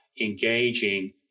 engaging